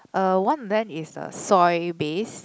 uh one of them is uh soy base